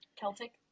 Celtic